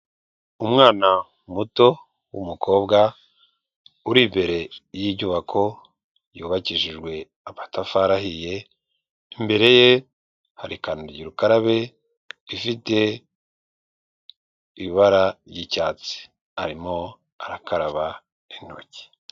Umwana muto w'umukobwa uri imbere y'inyubako yubakishijwe amatafari ahiye, imbere ye hari kandagira ukarabe ifite ibara ry'icyatsi arimo arakaraba intoki.